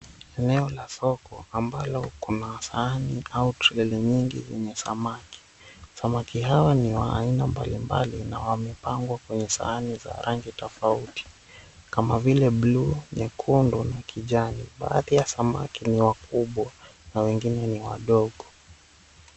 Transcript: Eneo la soko, ambalo kuna sahani au troli nyingi zenye samaki. Samaki hawa ni wa aina mbalimbali na wamepangwa kwenye sahani za rangi tofauti kama vile bluu, nyekundu na kijani. Baadhi ya samaki ni wakubwa na wengine ni wadogo.